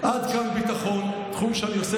או לחלופין הקטנת הגירעון ב-1% שלם,